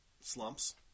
slumps